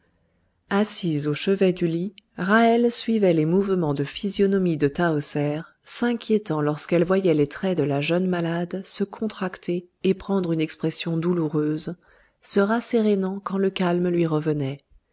assise au chevet du lit ra'hel suivait les mouvements de physionomie de tahoser s'inquiétant lorsqu'elle voyait les traits de la jeune malade se contracter et prendre une expression douloureuse se rassérénant quand le calme lui revenait